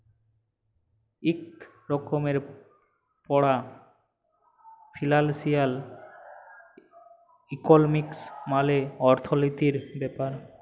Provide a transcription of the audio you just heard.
ইক রকমের পড়া ফিলালসিয়াল ইকলমিক্স মালে অথ্থলিতির ব্যাপার